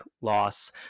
loss